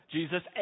Jesus